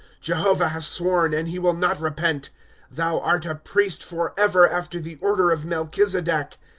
jehovah has sworn, and he will not repent thou art a priest forever, after the order of melchizedek.